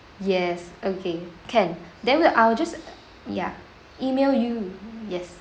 yes okay can then will I will just uh ya email you yes